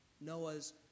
Noah's